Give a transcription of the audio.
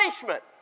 punishment